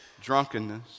drunkenness